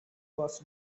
was